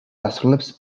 ასრულებს